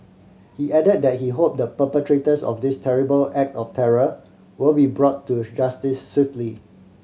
he added that he hope the perpetrators of this terrible act of terror will be brought to justice swiftly